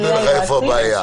אז למה עובדי ועדת הבחירות?